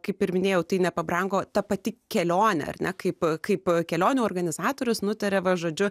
kaip ir minėjau tai nepabrango ta pati kelionė ar ne kaip kaip kelionių organizatorius nutarė va žodžiu